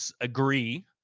agree